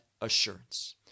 assurance